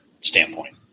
standpoint